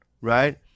right